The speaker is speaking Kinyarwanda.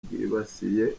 bwibasiye